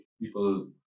people